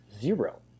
zero